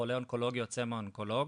חולה אונקולוגי יוצא מהאונקולוג,